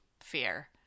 Fear